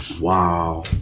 Wow